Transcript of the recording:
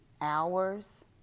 hours